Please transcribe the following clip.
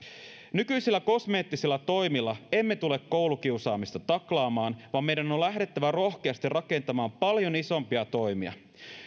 nykyisillä kosmeettisilla toimilla emme tule koulukiusaamista taklaamaan vaan meidän on on lähdettävä rohkeasti rakentamaan paljon isompia toimia